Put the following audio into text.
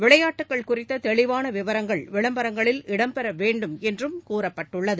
விளையாட்டுக்கள் குறித்ததெளிவானவிவரங்கள் விளம்பரங்களில் இடம் பெறவேண்டும் என்றும் கூறப்பட்டுள்ளது